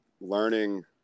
learning